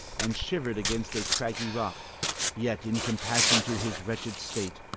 and shivered against a craggy rock yet in compassion to his wretched state,